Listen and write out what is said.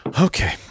Okay